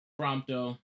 Prompto